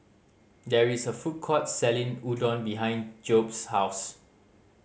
there is a food court selling Udon behind Jobe's house